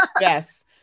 Yes